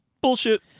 bullshit